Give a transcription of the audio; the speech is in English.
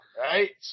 right